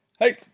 hey